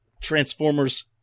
Transformers